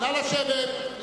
נא לשבת.